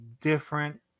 different